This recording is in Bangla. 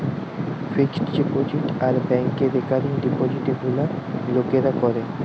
ফিক্সড ডিপোজিট আর ব্যাংকে রেকারিং ডিপোজিটে গুলা লোকরা করে